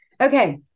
Okay